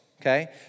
okay